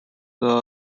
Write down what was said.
via